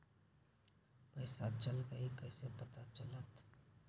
पैसा चल गयी कैसे पता चलत?